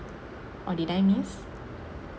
or did I miss